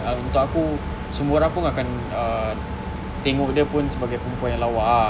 um untuk aku semua orang pun akan uh tengok dia pun sebagai perempuan yang lawa ah